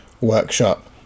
workshop